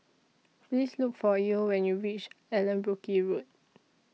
Please Look For Yael when YOU REACH Allanbrooke Road